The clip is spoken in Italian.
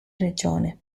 regione